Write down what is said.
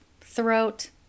throat